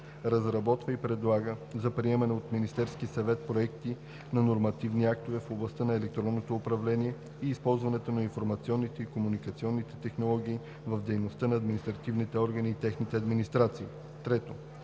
разработва и предлага за приемане от Министерския съвет проекти на нормативни актове в областта на електронното управление и използването на информационните и комуникационните технологии в дейността на административните органи и техните администрации; 3.